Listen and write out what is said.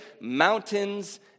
mountains